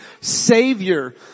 Savior